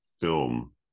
film